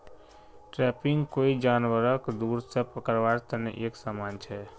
trapping कोई जानवरक दूर से पकड़वार तने एक समान छे